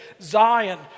Zion